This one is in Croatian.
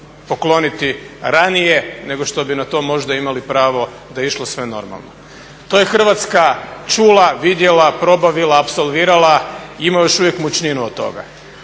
pokloniti ranije nego što bi na to možda imali pravo da je išlo sve normalno. To je Hrvatska čula, vidjela, probavila, apsolvirala i ima još uvijek mučninu od toga.